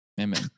Amen